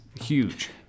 huge